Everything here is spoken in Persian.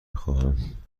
خواهم